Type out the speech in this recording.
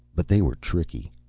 but they were tricky.